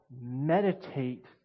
meditate